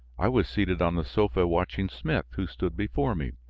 i was seated on the sofa watching smith, who stood before me.